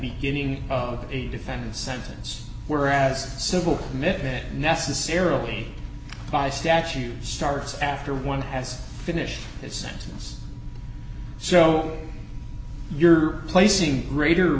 beginning of a defendant's sentence whereas civil commitment necessarily by statute starts after one has finished its sentence so you're placing